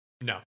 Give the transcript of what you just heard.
No